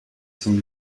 zum